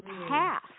Half